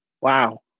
Wow